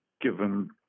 given